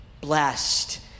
blessed